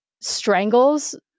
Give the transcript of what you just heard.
strangles